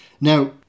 Now